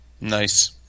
Nice